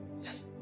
yes